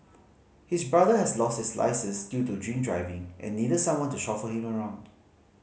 his brother has lost his licence due to drink driving and needed someone to chauffeur him around